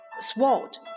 Sword